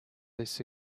this